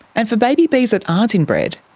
and for baby bees that aren't inbred,